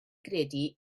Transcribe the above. gredu